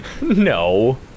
No